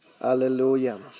Hallelujah